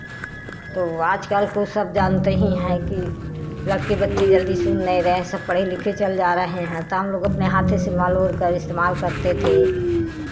तो आज कल को सब जानते ही हैं कि लड़के बच्चे जल्दी सुन नहीं रहें हैं सब पढे़ लिखे चल जा रहे हैं तो हम लोग अपने हाथे से मल उलकर इस्तेमाल करते थे